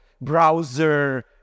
browser